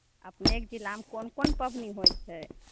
अपनेक जिल्लामे कोन कोन पाबनि होइ छै